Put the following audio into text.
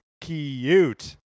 cute